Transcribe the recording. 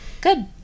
good